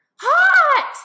hot